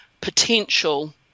potential